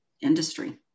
industry